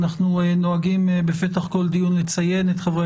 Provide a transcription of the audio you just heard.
אנחנו נוהגים בפתח כל דיון לציין את חברי